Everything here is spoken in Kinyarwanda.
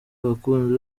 abakunzi